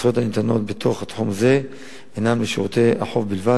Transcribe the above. הזכויות הניתנות בתוך תחום זה הינם לשירותי חוף בלבד,